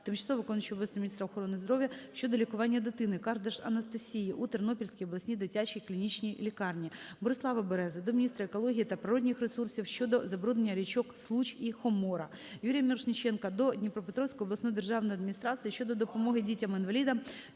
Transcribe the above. тимчасово виконуючої обов'язки міністра охорони здоров'я щодо лікування дитини Кардаш Анастасії Андріївни у Тернопільській обласній дитячій клінічній лікарні. Борислава Берези до міністра екології та природних ресурсів щодо забруднення річок Случ та Хомора. Юрія Мірошниченка до Дніпропетровської обласної державної адміністрації щодо допомоги дітям-інвалідам,